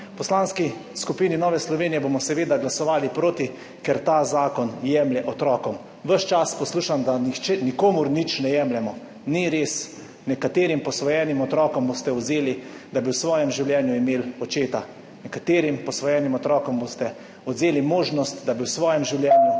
Poslanski skupini Nove Slovenije bomo seveda glasovali proti, ker ta zakon jemlje otrokom. Ves čas poslušam, da nihče nikomur nič ne jemljemo. Ni res, nekaterim posvojenim otrokom boste vzeli, da bi v svojem življenju imeli očeta. Nekaterim posvojenim otrokom boste odvzeli možnost, da bi v svojem življenju imeli mamo.